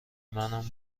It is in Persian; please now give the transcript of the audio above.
منم